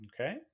Okay